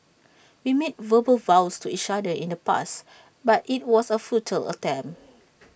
we made verbal vows to each other in the past but IT was A futile attempt